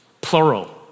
plural